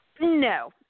No